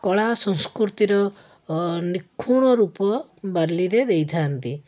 କଳା ସଂସ୍କୃତିର ନିଖୁଣ ରୂପ ବାଲିରେ ଦେଇଥାନ୍ତି